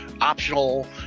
optional